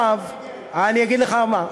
אני אגיד לך מה.